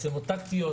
מצלמות טקטיות.